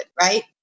right